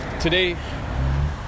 today